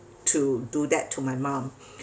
to do that to my mom